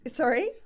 sorry